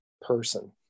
person